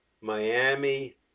Miami